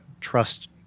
trust